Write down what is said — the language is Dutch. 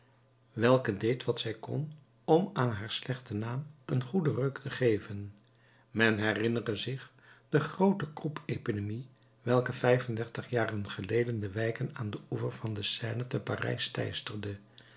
welke deed wat zij kon om aan haar slechten naam een goeden reuk te geven men herinnere zich de groote kroep epidemie welke vijf-en-dertig jaren geleden de wijken aan den oever der seine te parijs teisterde